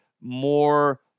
more